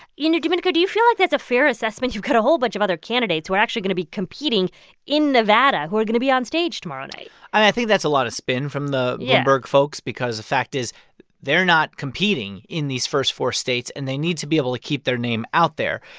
you know, domenico, do you feel like that's a fair assessment? you've got a whole bunch of other candidates who are actually going to be competing in nevada who are going to be on stage tomorrow night i think that's a lot of spin from the. yeah. bloomberg folks because the fact is they're not competing in these first four states, and they need to be able to keep their name out there.